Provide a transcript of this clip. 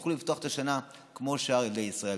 שתוכלו לפתוח את השנה כמו שאר ילדי ישראל.